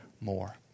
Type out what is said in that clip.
more